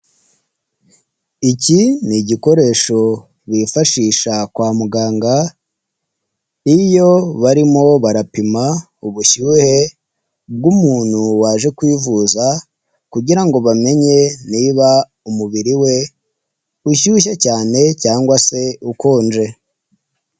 Iki ni igikoresho bifashisha kwa muganga, iyo barimo barapima ubushyuhe bw'umuntu waje kwivuza kugira ngo bamenye niba umubiri we ushyushye cyane cyangwa se ukonje.